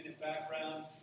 background